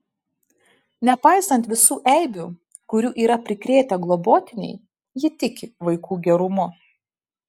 nepaisant visų eibių kurių yra prikrėtę globotiniai ji tiki vaikų gerumu